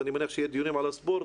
ואני מניח שיהיו דיונים על הספורט,